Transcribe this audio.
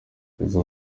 keza